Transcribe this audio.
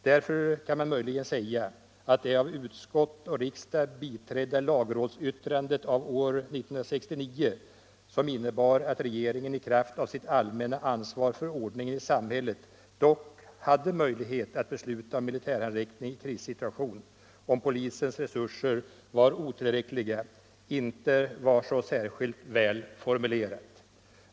Därför kan man möjligen säga att det av utskott och riksdagen biträdda lagrådsyttrandet av år 1969, som innebar att regeringen i kraft av sitt allmänna ansvar för ordningen i samhället hade möjlighet att besluta om militär handräckning i krissituation om polisens resurser var otillräckliga, inte var särskilt välformulerat.